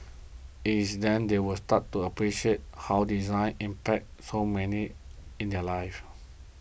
it's then that they will start to appreciate how design impacts so many in their lives